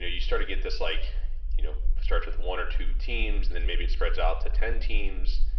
you start to get this like you know starts with one or two teams and then maybe it spreads out to ten teams.